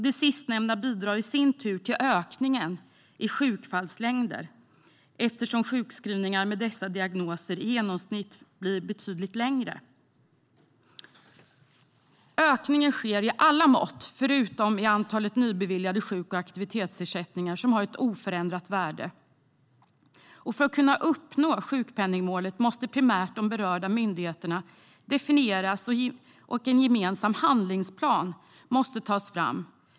Det sistnämnda bidrar i sin tur till ökningen i sjukfallslängder eftersom sjukskrivningar med dessa diagnoser i genomsnitt blir betydligt längre. Ökningen sker i alla mått förutom i antalet nybeviljade sjuk och aktivitetsersättningar, som har ett oförändrat värde. För att kunna uppnå sjukpenningmålet måste primärt de berörda myndigheterna definieras och en gemensam handlingsplan tas fram.